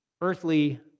earthly